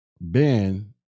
Ben